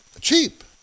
cheap